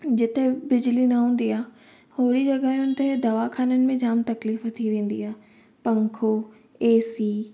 जिते बिजली न हूंदी आहे होड़ी जॻहियुनि ते दवाखाने में जाम तकलीफ़ थी वेंदी आहे पंखो ए सी